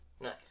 nice